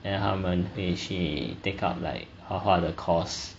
then 他们会去 take up like 画画的 course